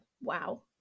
wow